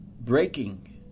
breaking